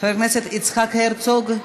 חבר הכנסת יצחק הרצוג,